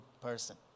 person